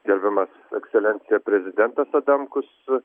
gerbiamas ekscelencija prezidentas adamkus